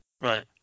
Right